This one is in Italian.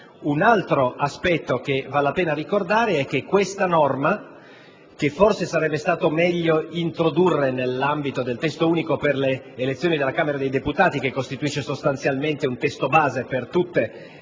Un altro aspetto che val la pena ricordare è che questa norma, che forse sarebbe stato meglio introdurre nell'ambito del Testo unico per le elezioni della Camera dei deputati - che costituisce sostanzialmente un testo base per tutte le elezioni